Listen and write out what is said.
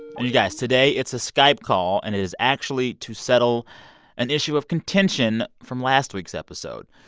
you guys, today it's a skype call. and it is actually to settle an issue of contention from last week's episode.